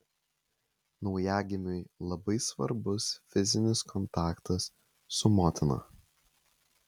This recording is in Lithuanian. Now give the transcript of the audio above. naujagimiui labai svarbus fizinis kontaktas su motina